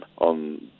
on